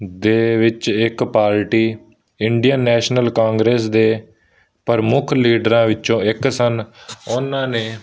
ਦੇ ਵਿੱਚ ਇੱਕ ਪਾਰਟੀ ਇੰਡੀਅਨ ਨੈਸ਼ਨਲ ਕਾਂਗਰਸ ਦੇ ਪ੍ਰਮੁੱਖ ਲੀਡਰਾਂ ਵਿੱਚੋਂ ਇੱਕ ਸਨ ਉਹਨਾਂ ਨੇ